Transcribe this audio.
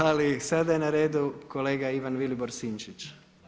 Ali sada je na redu kolega Ivan Vilibor Sinčić.